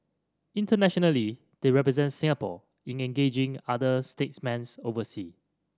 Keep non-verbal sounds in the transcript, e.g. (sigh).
internationally they represent Singapore in engaging other statesmen (unintelligible) oversea